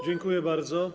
Dziękuję bardzo.